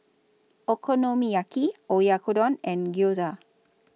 Okonomiyaki Oyakodon and Gyoza